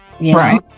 right